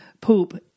poop